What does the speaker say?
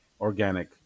organic